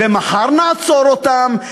ומחר נעצור אותם,